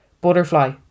Butterfly